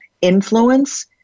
influence